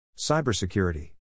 cybersecurity